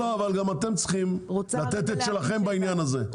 אבל גם אתם צריכים לתת את שלכם בעניין הזה,